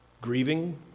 grieving